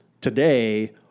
today